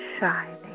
shining